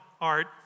Art